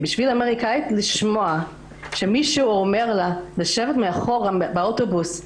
עבור אמריקאית לשמוע שמישהו אומר לה לשבת מאחור באוטובוס,